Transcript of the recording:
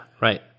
right